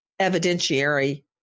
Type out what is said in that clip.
evidentiary